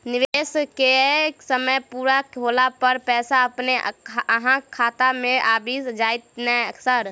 निवेश केँ समय पूरा होला पर पैसा अपने अहाँ खाता मे आबि जाइत नै सर?